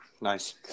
Nice